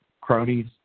cronies